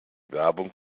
werbung